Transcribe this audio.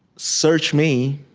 search me